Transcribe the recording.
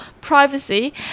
privacy